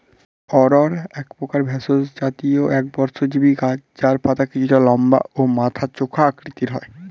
অড়হর একপ্রকার ভেষজ জাতীয় একবর্ষজীবি গাছ যার পাতা কিছুটা লম্বা ও মাথা চোখা আকৃতির হয়